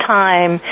time